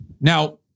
Now